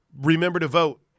remember-to-vote